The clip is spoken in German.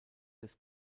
des